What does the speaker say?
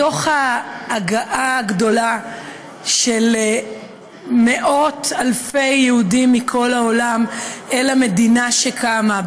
בתוך ההגעה הגדולה של מאות אלפי יהודים מכל העולם אל המדינה שקמה,